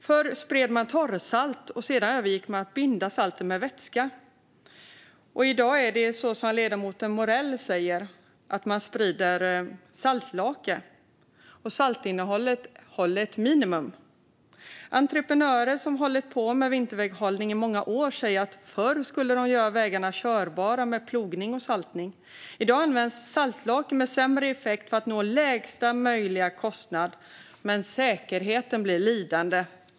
Förr spred man torrsalt, och sedan övergick man till att binda saltet med vätska. I dag sprider man, som ledamoten Morell säger, saltlake, där saltinnehållet ligger på ett minimum. Entreprenörer som hållit på med vinterväghållning i många år säger att de förr skulle göra vägarna körbara med plogning och saltning. I dag används saltlake med sämre effekt för att kostnaden ska bli lägsta möjliga, men säkerheten blir lidande.